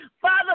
Father